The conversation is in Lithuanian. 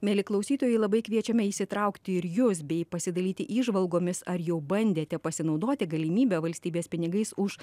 mieli klausytojai labai kviečiame įsitraukti ir jus bei pasidalyti įžvalgomis ar jau bandėte pasinaudoti galimybe valstybės pinigais už